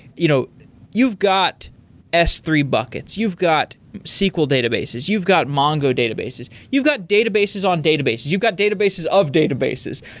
you know you've got s three buckets. you've got sql databases. you've got mongo databases. you've got databases on databases. you've got databases of databases.